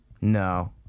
No